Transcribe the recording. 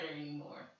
anymore